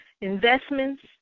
Investments